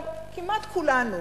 כמעט כולנו,